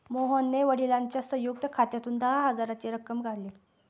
मोहनने वडिलांच्या संयुक्त खात्यातून दहा हजाराची रक्कम काढली